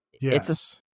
yes